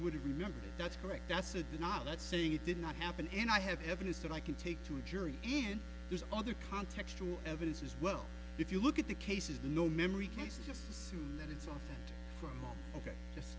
would have remembered that's correct that's it not let's say it did not happen and i have evidence that i can take to a jury and there's other contextual evidence as well if you look at the cases no memory case just